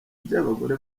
by’abagore